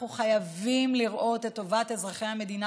אנחנו חייבים לראות את טובת אזרחי המדינה